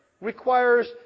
requires